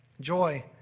joy